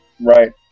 Right